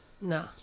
No